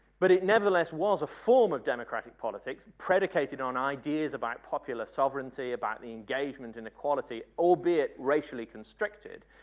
but it nevertheless was a form of democratic politics predicated on ideas about populate sovereignty, about the engagement and equality albeit racially constricted,